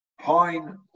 pine